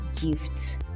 gift